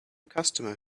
customer